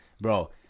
Bro